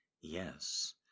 Yes